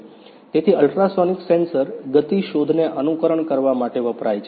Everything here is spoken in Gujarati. તેથી અલ્ટ્રાસોનિક સેન્સર ગતિ શોધને અનુકરણ કરવા માટે વપરાય છે